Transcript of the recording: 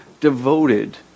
devoted